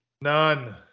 none